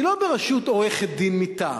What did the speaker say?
היא לא בראשות עורכת-דין מטעם.